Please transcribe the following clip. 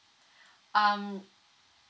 um